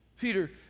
Peter